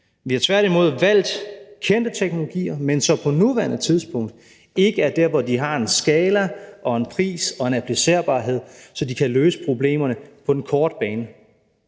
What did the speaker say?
Vi har tværtimod valgt kendte teknologier, men som på nuværende tidspunkt ikke er der, hvor de har en skala og en pris og en applicerbarhed, så de kan løse problemerne på den korte bane.